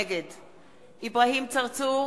נגד אברהים צרצור,